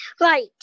Right